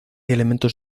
elementos